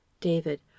David